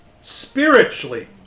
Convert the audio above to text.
spiritually